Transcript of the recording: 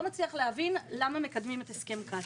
לא מצליח להבין למה מקדמים את הסכם קצא"א.